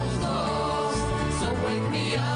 ככה